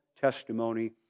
testimony